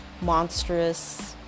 monstrous